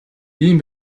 ийм